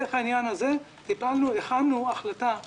דרך העניין הזה הכנו החלטה לממשלה.